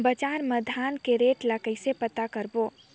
बजार मा धान के रेट ला कइसे पता करबो?